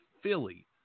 Philly